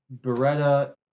Beretta